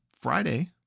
Friday